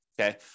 okay